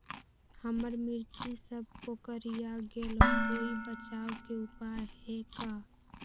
हमर मिर्ची सब कोकररिया गेल कोई बचाव के उपाय है का?